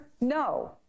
no